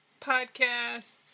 podcasts